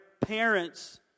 parents